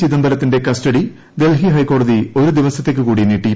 ചിദംബരത്തിന്റെ ക്സ്റ്റഡി ഡൽഹി ഹൈക്കോടതി ഒരു ദിവസത്തേക്ക് കൂടി നീട്ടി